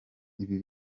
ibi